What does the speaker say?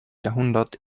jahrhundert